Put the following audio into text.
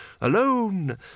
alone